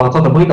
בארצות הברית.